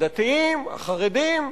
הדתיים, החרדים,